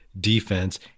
defense